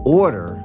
order